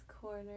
Corner